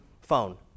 phone